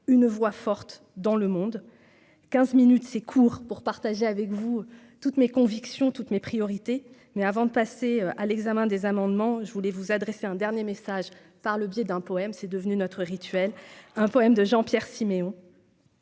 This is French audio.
une voix forte dans le monde quinze minutes c'est court pour partager avec vous toutes mes convictions, toutes mes priorités mais avant de passer à l'examen des amendements, je voulais vous adresser un dernier message par le biais d'un poème, c'est devenu notre rituel un poème de Jean Pierre Siméon.